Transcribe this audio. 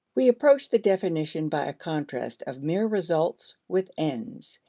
we approach the definition by a contrast of mere results with ends.